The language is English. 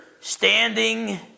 standing